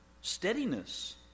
steadiness